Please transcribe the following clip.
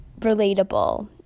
relatable